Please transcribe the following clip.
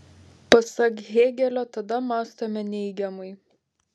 pasak hėgelio tada mąstome neigiamai